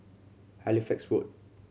Halifax Road